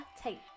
take